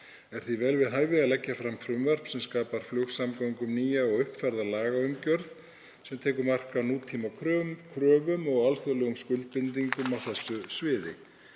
Er því vel við hæfi að leggja fram frumvarp sem skapar flugsamgöngum nýja og uppfærða lagaumgjörð sem tekur mark á nútímakröfum og alþjóðlegum skuldbindingum á þessu sviði.